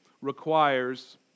requires